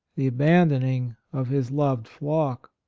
the abandoning of his loved flock.